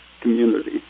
community